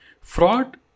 Fraud